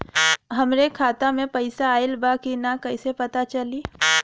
हमरे खाता में पैसा ऑइल बा कि ना कैसे पता चली?